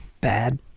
bad